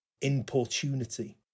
importunity